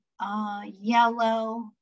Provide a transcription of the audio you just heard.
yellow